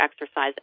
exercise